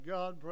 God